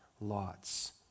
lots